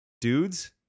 dudes